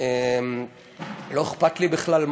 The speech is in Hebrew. הוא הגיוני.